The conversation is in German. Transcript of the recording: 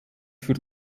für